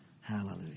Hallelujah